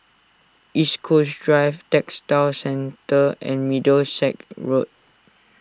East Coast Drive Textile Centre and Middlesex Road